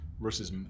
versus